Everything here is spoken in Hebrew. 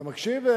אתה מקשיב,